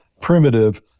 primitive